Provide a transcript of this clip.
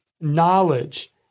knowledge